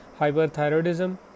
hyperthyroidism